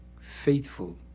faithful